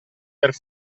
per